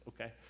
okay